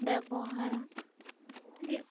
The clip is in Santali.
ᱵᱮᱵᱚᱦᱟᱨᱟ